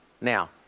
Now